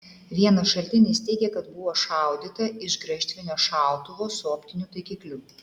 vienas šaltinis teigia kad buvo šaudyta iš graižtvinio šautuvo su optiniu taikikliu